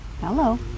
Hello